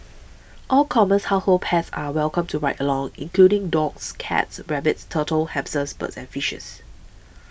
all commons household pets are welcome to ride along including dogs cats rabbits turtles hamsters birds and fishes